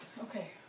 Okay